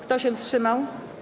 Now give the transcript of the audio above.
Kto się wstrzymał?